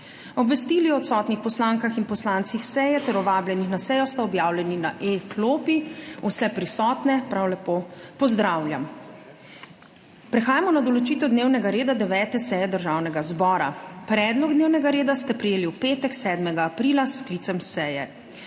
Obvestili o odsotnih poslankah in poslancih seje ter o vabljenih na sejo sta objavljeni na e-klopi. Vse prisotne prav lepo pozdravljam! Prehajamo na **določitev dnevnega reda** 9. seje Državnega zbora. Predlog dnevnega reda ste prejeli v petek, 7. aprila, s sklicem seje.